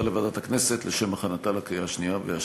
לוועדת הכנסת לשם הכנתה לקריאה השנייה והשלישית.